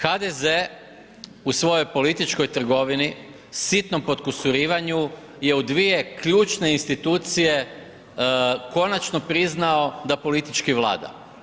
HDZ-e u svojoj političkoj trgovini sitnom potkosurivanju je u dvije ključne institucije konačno priznao da politički vlada.